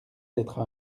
d’être